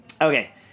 Okay